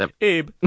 Abe